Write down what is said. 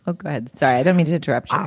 ah go ahead sorry i don't mean to interrupt. um